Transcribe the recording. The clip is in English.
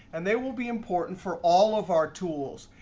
and they will be important for all of our tools.